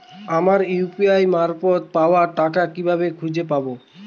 আমার ইউ.পি.আই মারফত পাওয়া টাকা কিভাবে খুঁজে পাব?